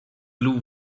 blue